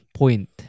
point